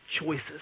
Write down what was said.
choices